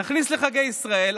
נכניס לחגי ישראל,